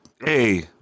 Hey